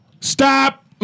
Stop